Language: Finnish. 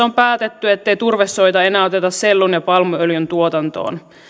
on päätetty ettei turvesoita enää oteta sellun ja palmuöljyn tuotantoon